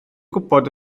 gwybod